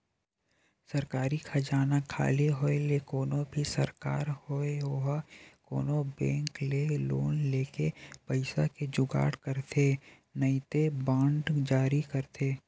सरकारी खजाना खाली होय ले कोनो भी सरकार होय ओहा कोनो बेंक ले लोन लेके पइसा के जुगाड़ करथे नइते बांड जारी करथे